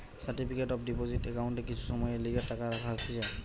certificate of deposit একাউন্টে কিছু সময়ের লিগে টাকা রাখা হতিছে